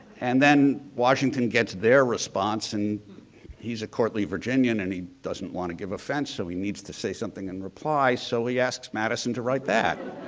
and then, washington gets their response and he's a courtly virginian and he doesn't want to give offense so he needs to say something in replay. so, asks madison to write that.